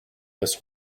this